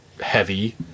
heavy